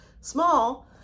small